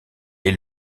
est